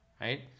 right